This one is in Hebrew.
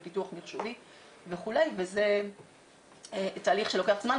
זה פיתוח מחשובי וכו' וזה תהליך שלוקח זמן.